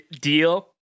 deal